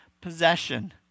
possession